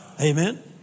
Amen